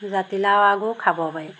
জাতিলাও আগো খাব পাৰি